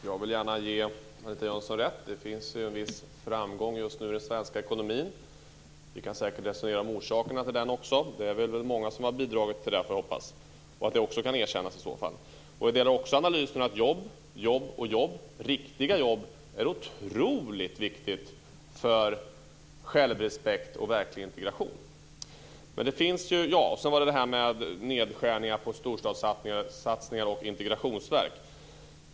Herr talman! Jag vill gärna ge Anita Jönsson rätt: det är en viss framgång just nu i den svenska ekonomin. Vi kan säkert resonera om orsakerna till det, och det är väl många som har bidragit till det - jag hoppas att det kan erkännas. Det gäller också analysen att jobb, jobb och jobb, och riktiga jobb, är otroligt viktigt för självrespekt och verklig integration. Sedan var det frågan om nedskärningar på storstadssatsningar och Integrationsverket.